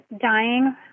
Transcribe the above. dying